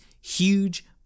huge